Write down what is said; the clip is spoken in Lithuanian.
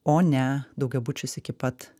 o ne daugiabučius iki pat